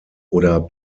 oder